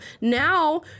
Now